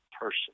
person